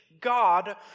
God